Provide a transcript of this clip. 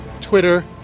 Twitter